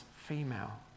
female